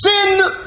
sin